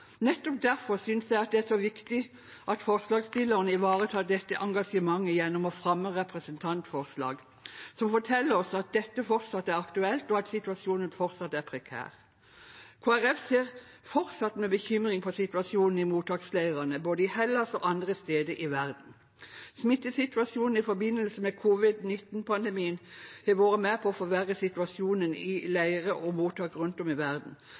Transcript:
Nettopp derfor synes jeg det er så viktig at forslagsstillerne ivaretar dette engasjementet gjennom å fremme representantforslag som forteller oss at dette fortsatt er aktuelt, og at situasjonen fortsatt er prekær. Kristelig Folkeparti ser fortsatt med bekymring på situasjonen i mottaksleirene, i både Hellas og andre steder i verden. Smittesituasjonen i forbindelse med covid 19-pandemien har vært med på å forverre situasjonen i leirer og mottak rundt om i verden.